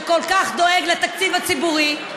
שכל כך דואג לתקציב הציבורי,